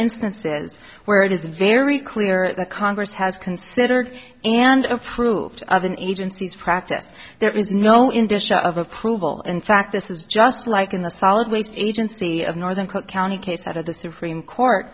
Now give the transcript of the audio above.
instances where it is very clear that the congress has considered and approved of an agency's practice there is no indicia of approval in fact this is just like in the solid waste agency of northern cook county case out of the supreme court